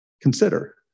Consider